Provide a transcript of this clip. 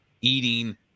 eating